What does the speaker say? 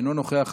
אינו נוכח,